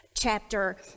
Chapter